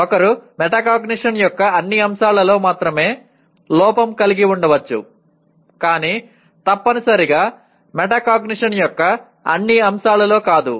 ఒకరు మెటాకాగ్నిషన్ యొక్క కొన్ని అంశాలలో మాత్రమే లోపం కలిగి ఉండవచ్చు కానీ తప్పనిసరిగా మెటాకాగ్నిషన్ యొక్క అన్నీ అంశాలలో కాదు